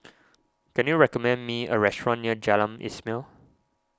can you recommend me a restaurant near Jalan Ismail